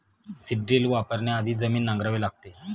seed drill वापरण्याआधी जमीन नांगरावी लागते